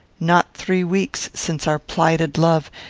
not three weeks since our plighted love,